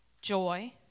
joy